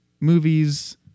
movies